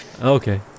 Okay